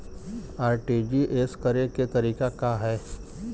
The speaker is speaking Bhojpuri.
आर.टी.जी.एस करे के तरीका का हैं?